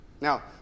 Now